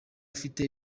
ufite